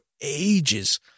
ages